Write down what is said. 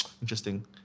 interesting